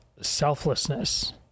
selflessness